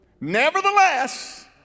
Nevertheless